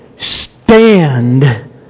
Stand